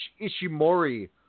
Ishimori